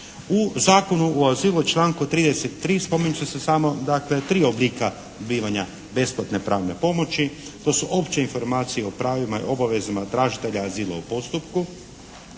U Zakonu o azilu članku 33. … /Govornik se ne razumije./ … dakle tri oblika primanja besplatne pravne pomoći. To su opće informacije o pravima i obavezama tražitelja azila u postupku,